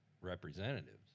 representatives